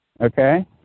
okay